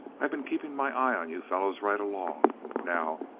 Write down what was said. i been keeping my eye on you fellows right along. now,